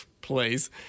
please